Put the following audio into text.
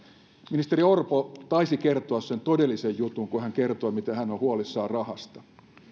ministeri orpo taisi kertoa sen todellisen jutun kun hän kertoi miten hän on huolissaan rahasta